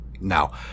Now